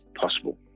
possible